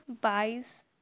buys